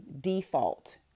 default